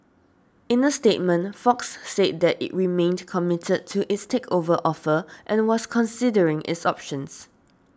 in a statement Fox said that it remained committed to its takeover offer and was considering its options